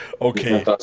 Okay